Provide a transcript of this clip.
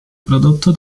prodotto